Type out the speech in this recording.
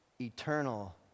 eternal